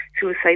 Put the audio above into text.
suicide